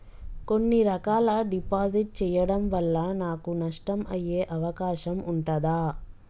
కొన్ని రకాల డిపాజిట్ చెయ్యడం వల్ల నాకు నష్టం అయ్యే అవకాశం ఉంటదా?